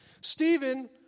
Stephen